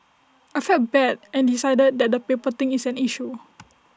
I felt bad and decided that the paper thing is an issue